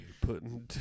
putting